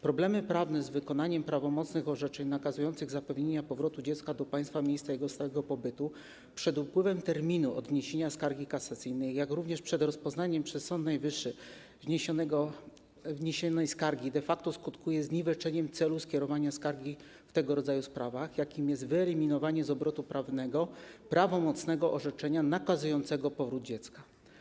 Problemy prawne z wykonaniem prawomocnych orzeczeń nakazujących zapewnienie powrotu dziecka do państwa miejsca jego stałego pobytu przed upływem terminu od wniesienia skargi kasacyjnej, jak również przed rozpoznaniem przez Sąd Najwyższy wniesionej skargi de facto skutkują zniweczeniem celu skierowania skargi w tego rodzaju sprawach, jakim jest wyeliminowanie z obrotu prawnego prawomocnego orzeczenia nakazującego powrót dziecka.